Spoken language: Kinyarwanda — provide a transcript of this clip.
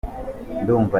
ndumva